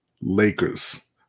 Lakers